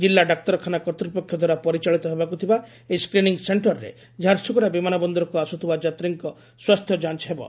ଜିଲ୍ଲା ଡାକ୍ତରଖାନା କର୍ତ୍ତୁପକ୍ଷଡ ଦ୍ୱାରା ପରିଚାଳିତକ ହେବାକୁ ଥିବା ଏହି 'ସ୍କ୍ରିନିଂ ସେକ୍କର'ରେ ଝାରସୁଗୁଡା ବିମାନବନ୍ଦରକୁ ଯାତ୍ରୀଙ୍କ ସ୍ୱାସ୍ଥ୍ୟ ଯାଞ ହେବା